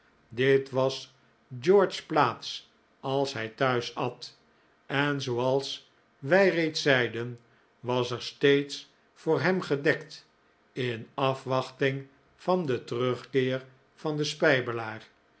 dit was george's plaats als hij thuis at en zooals wij reeds zeiden was er stee ds voor hem gedekt in afwachting van den terugkeer van den